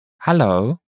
Hello